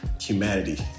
humanity